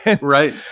Right